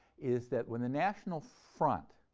is that when the national front,